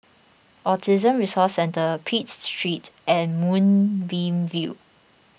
Autism Resource Centre Pitt Street and Moonbeam View